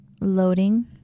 loading